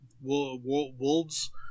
wolves